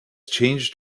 changed